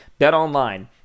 BetOnline